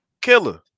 Killer